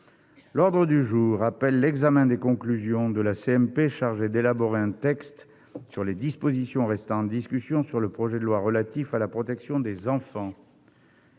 L'ordre du jour appelle l'examen des conclusions de la commission mixte paritaire chargée d'élaborer un texte sur les dispositions restant en discussion du projet de loi relatif à la protection des enfants